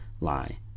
lie